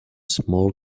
small